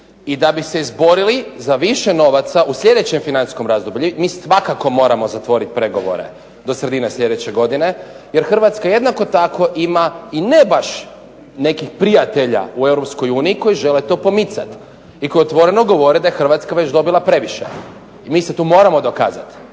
i da bi se izborili za više novaca u sljedećem financijskom razdoblju mi svakako moramo zatvoriti pregovore do sredine sljedeće godine jer Hrvatska jednako tako ima i ne baš nekih prijatelja u EU koji žele to pomicati i koji otvoreno govore da je Hrvatska već dobila previše. I mi se tu moramo dokazati.